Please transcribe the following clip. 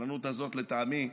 הרשלנות הזאת, לטעמי,